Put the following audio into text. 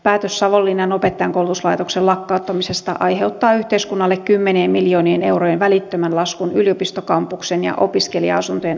päätös savonlinnan opettajankoulutuslaitoksen lakkauttamisesta aiheuttaa yhteiskunnalle kymmenien miljoonien eurojen välittömän laskun yliopistokampuksen ja opiskelija asuntojen alasajona